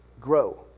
grow